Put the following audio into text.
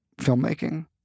filmmaking